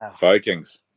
Vikings